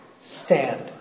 stand